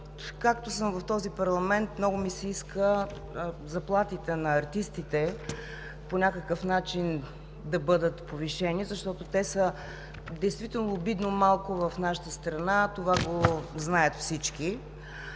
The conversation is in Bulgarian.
Откакто съм в този парламент, много ми се иска заплатите на артистите по някакъв начин да бъдат повишени, защото действително те са обидно малко в нашата страна. Това го знаят всички.